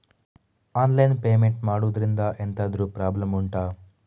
online payment ಮಾಡುದ್ರಿಂದ ಎಂತಾದ್ರೂ problem ಉಂಟಾ